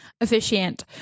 Officiant